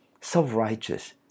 self-righteous